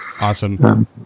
Awesome